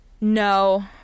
No